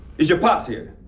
is your pops here?